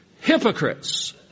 hypocrites